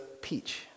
peach